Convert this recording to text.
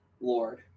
Lord